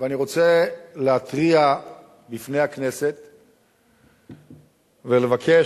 ואני רוצה להתריע בפני הכנסת ולבקש,